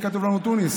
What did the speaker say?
יהיה כתוב לנו תוניס,